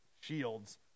shields